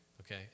okay